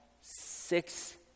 six